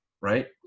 right